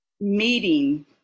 meeting